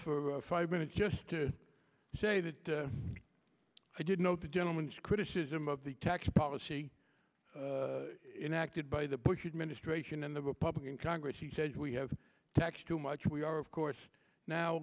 for five minutes just to say that i didn't know the gentleman's criticism of the tax policy in acted by the bush administration and the republican congress he said we have taxed too much we are of course now